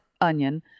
onion